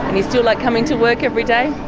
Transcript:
you still like coming to work every day?